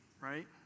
Right